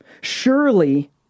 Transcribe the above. Surely